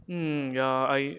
um ya I